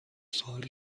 سوالی